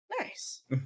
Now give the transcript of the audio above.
Nice